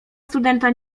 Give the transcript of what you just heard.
studenta